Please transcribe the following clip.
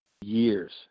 years